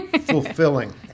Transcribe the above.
Fulfilling